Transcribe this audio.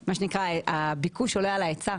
מה שנקרא - הביקוש עולה על ההיצע.